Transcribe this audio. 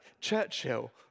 Churchill